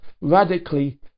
radically